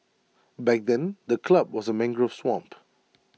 back then the club was A mangrove swamp